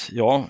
ja